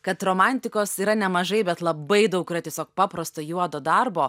kad romantikos yra nemažai bet labai daug yra tiesiog paprasto juodo darbo